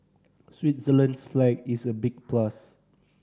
Switzerland's flag is a big plus